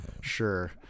sure